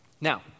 Now